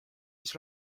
mis